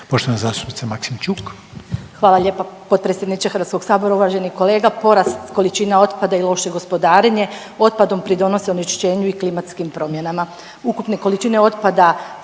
Ljubica (HDZ)** Hvala lijepa potpredsjedniče HS. Uvaženi kolega, porast količine otpada i loše gospodarenje otpadom pridonose onečišćenju i klimatskim promjenama. Ukupne količine otpada